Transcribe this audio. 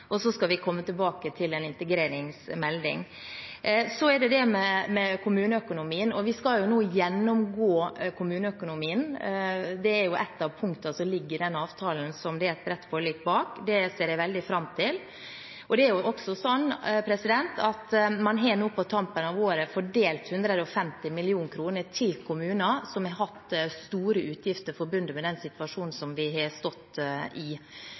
og så skal vi komme tilbake med en integreringsmelding. Vi skal nå gjennomgå kommuneøkonomien. Det er et av punktene i avtalen som det er et bredt forlik bak. Det ser jeg veldig fram til. Det er også sånn at man nå på tampen av året har fordelt 150 mill. kr til kommuner som har hatt store utgifter forbundet med den situasjonen vi har stått i.